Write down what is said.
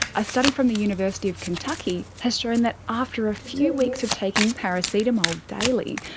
a study from the university of kentucky has shown that after a few weeks of taking paracetamol daily,